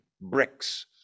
bricks